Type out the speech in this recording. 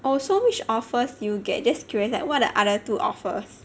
oh so which offers did you get just curious like what are the other two offers